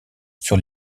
sur